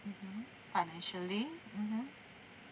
mmhmm financially mmhmm